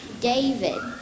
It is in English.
David